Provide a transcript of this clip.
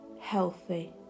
healthy